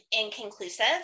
inconclusive